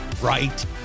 right